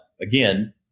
again